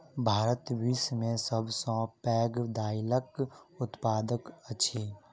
भारत विश्व में सब सॅ पैघ दाइलक उत्पादक अछि